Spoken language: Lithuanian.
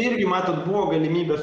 irgi matot buvo galimybės